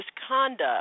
misconduct